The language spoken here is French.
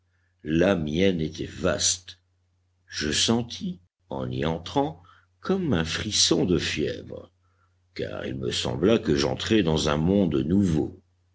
la mienne était vaste je sentis en y entrant comme un frisson de fièvre car il me sembla que j'entrais dans un monde nouveau